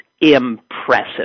impressive